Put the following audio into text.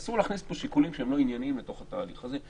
אסור להכניס פה שיקולים שהם לא ענייניים לתוך התהליך הזה,